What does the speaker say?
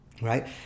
Right